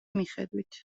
მიხედვით